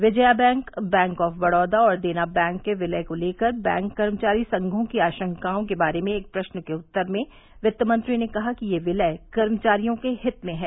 Vijaya bank bank of Baroda और Dena bank के विलय को लेकर बैंक कर्मचारी संघों की आशंकाओं के बारे में एक प्रश्न के उत्तर में वित्तमंत्री ने कहा कि यह विलय कर्मचारियों के हित में है